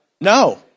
No